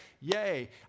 yay